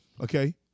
Okay